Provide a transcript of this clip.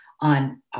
on